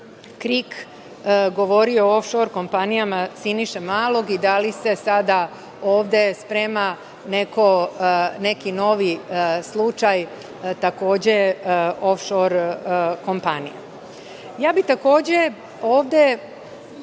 Krik govorio ofšor o kompanijama Siniše Malog i da li se sada ovde sprema neki novi slučaj takođe ofšor komapanija. Takođe bi se ovde